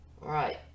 Right